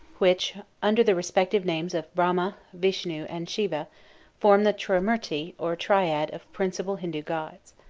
which under the respective names of brahma, vishnu, and siva form the trimurti or triad of principal hindu gods.